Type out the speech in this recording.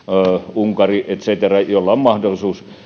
unkari et cetera joilla on mahdollisuus